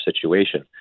situation